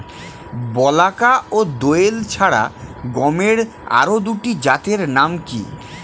বলাকা ও দোয়েল ছাড়া গমের আরো দুটি জাতের নাম কি?